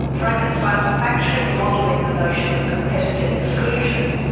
frankenstein was actually modelling the notion of competitive exclusion,